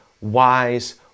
wise